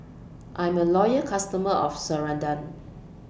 I'm A Loyal customer of Ceradan